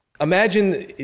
Imagine